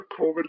covid